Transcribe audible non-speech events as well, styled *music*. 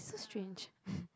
so strange *breath*